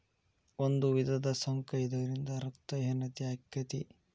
ಒಂದು ವಿಧದ ಸೊಂಕ ಇದರಿಂದ ರಕ್ತ ಹೇನತೆ ಅಕ್ಕತಿ